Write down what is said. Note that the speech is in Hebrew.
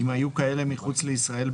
אם היו כאלה מחוץ לישראל,